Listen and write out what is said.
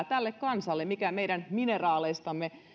tälle kansalle sitä arvonlisää mikä meidän mineraaleistamme